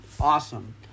Awesome